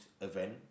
event